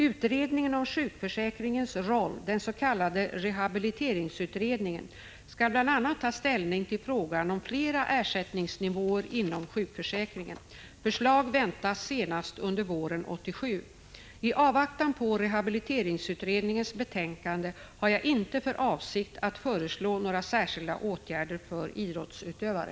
Utredningen om sjukförsäkringens roll, den s.k. rehabiliteringsutredningen, skall bl.a. ta ställning till frågan om flera ersättningsnivåer inom sjukförsäkringen. Förslag väntas senast under våren 1987. I avvaktan på rehabiliteringsutredningens betänkande har jag inte för avsikt att föreslå några särskilda åtgärder för idrottsutövare.